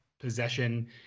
possession